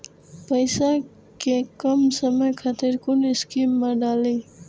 पैसा कै कम समय खातिर कुन स्कीम मैं डाली?